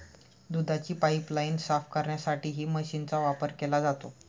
दुधाची पाइपलाइन साफ करण्यासाठीही मशीनचा वापर केला जातो